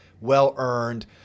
well-earned